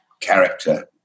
character